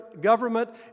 government